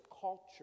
culture